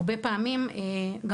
הרבה פעמים אנחנו רואים,